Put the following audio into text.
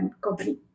company